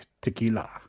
tequila